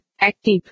Active